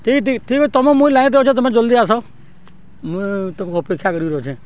ଠିକ୍ ଠିକ୍ ଠିକ୍ ତୁମେ ମୁଇଁ ଅଛେ ତୁମେ ଜଲ୍ଦି ଆସ ମୁଁ ତ ଅପେକ୍ଷା କରିକି ରହିଛେ